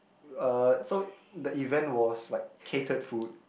uh so the event was like catered food